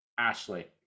Ashley